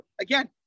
Again